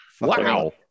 Wow